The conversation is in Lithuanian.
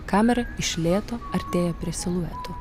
kamera iš lėto artėja prie silueto